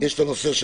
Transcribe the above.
הנושא של